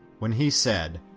when he said,